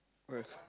yes